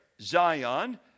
Zion